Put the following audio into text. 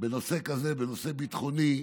בנושא כזה, בנושא ביטחוני,